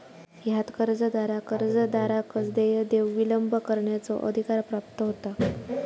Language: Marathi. ह्यात कर्जदाराक कर्जदाराकच देय देऊक विलंब करण्याचो अधिकार प्राप्त होता